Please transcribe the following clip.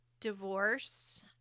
divorce